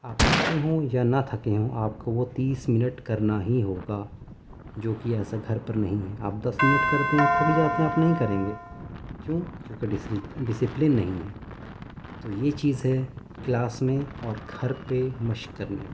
آپ تھکے ہوں یا نہ تھکے ہوں آپ کو وہ تیس منٹ کرنا ہی ہوگا جوکہ ایسا گھر پر نہیں ہے آپ دس منٹ کرتے ہیں تھک جاتے ہیں آپ نہیں کریں گے کیوں کیونکہ ڈسپلن نہیں ہے تو یہ چیز ہے کلاس میں اور گھر پہ مشق کرنے میں